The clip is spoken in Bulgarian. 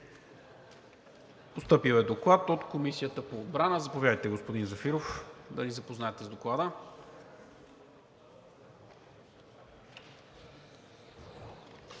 Постъпил е Доклад от Комисията по отбрана. Заповядайте, господин Зафиров, да ни запознаете с Доклада.